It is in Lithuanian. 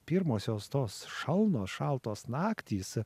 pirmosios tos šalnos šaltos naktys